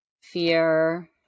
fear